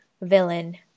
villain